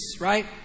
right